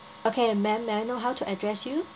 okay ma'am may I know how to address you